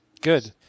Good